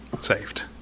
saved